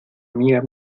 amiga